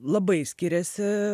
labai skiriasi